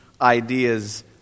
ideas